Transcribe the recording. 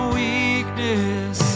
weakness